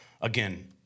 Again